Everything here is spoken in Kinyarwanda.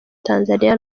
tanzania